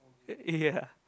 eh eh ya